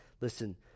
Listen